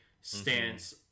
stance